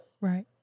right